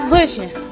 pushing